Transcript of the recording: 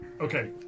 Okay